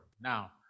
Now